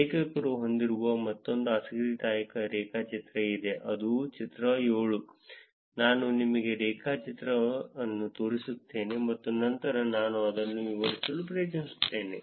ಲೇಖಕರು ಹೊಂದಿರುವ ಮತ್ತೊಂದು ಆಸಕ್ತಿದಾಯಕ ರೇಖಾಚಿತ್ರ ಇದೆ ಅದು ಚಿತ್ರ 7 ನಾನು ನಿಮಗೆ ರೇಖಾಚಿತ್ರ ಅನ್ನು ತೋರಿಸುತ್ತೇನೆ ಮತ್ತು ನಂತರ ನಾನು ಅದನ್ನು ವಿವರಿಸಲು ಪ್ರಯತ್ನಿಸುತ್ತೇನೆ